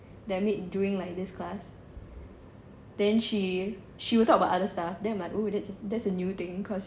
that I met during like this class then she she will talk about other stuff then I'm like oh it is that's a new thing cause